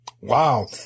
Wow